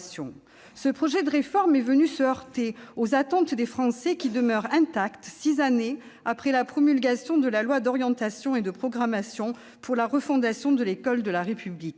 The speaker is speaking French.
Ce projet de réforme est venu se heurter aux attentes des Français, qui demeurent intactes, six années après la promulgation de la loi d'orientation et de programmation pour la refondation de l'école de la République.